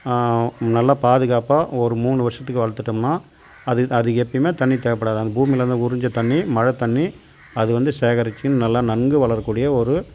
நல்லா பாதுகாப்பாக ஒரு மூணு வருஷத்துக்கு வளர்த்துட்டோம்னா அது அது எப்பையுமே தண்ணி தேவைப்பாடாது அந்த பூமியில் இருந்து உறிஞ்ச தண்ணி மழை தண்ணி அது வந்து சேகரிச்சு நல்லா நன்கு வளர கூடிய ஒரு